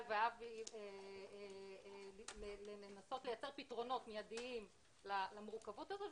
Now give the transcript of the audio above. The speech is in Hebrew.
ואבי לנסות לייצר פתרונות מידיים למורכבות הזאת.